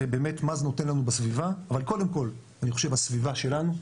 באמת מה זה נותן לנו בסביבה אבל קודם כל אני חושב הסביבה שלנו,